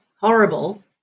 horrible